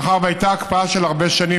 מאחר שהייתה הקפאה של הרבה שנים,